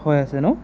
হয় আছে ন